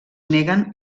neguen